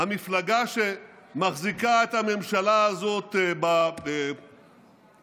המפלגה שמחזיקה את הממשלה הזאת בגרון,